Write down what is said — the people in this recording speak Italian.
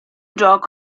gioco